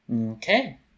okay